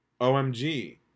OMG